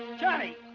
johnny!